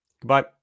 Goodbye